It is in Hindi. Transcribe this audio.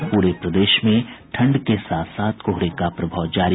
और पूरे प्रदेश में ठंड के साथ साथ कोहरे का प्रभाव जारी